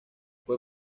fue